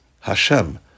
Hashem